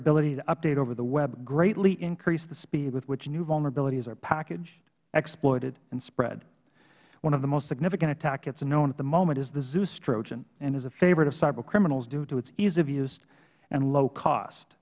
ability to update over the web greatly increase the speed with which new vulnerabilities are packaged exploited and spread one of the most significant attack kits known at the moment is the zeus trojan and is a favorite of cyber criminals due to its ease of use and low cost